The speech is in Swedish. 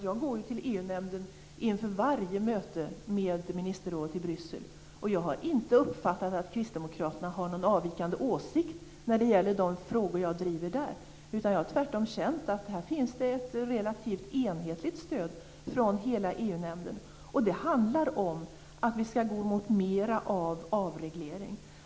Jag är ju på EU-nämnden inför varje möte med ministerrådet i Bryssel, och jag har inte uppfattat att Kristdemokraterna har någon avvikande åsikt när det gäller de frågor som jag driver där. Tvärtom har jag känt att det finns ett relativt enhetligt stöd från hela EU Det handlar om att vi skall gå mera mot en avreglering.